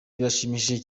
birashimishije